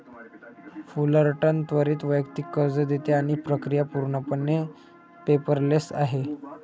Fullerton त्वरित वैयक्तिक कर्ज देते आणि प्रक्रिया पूर्णपणे पेपरलेस आहे